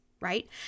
right